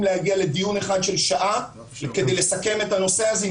להגיע לדיון אחד של שעה כדי לסכם את הנושא הזה.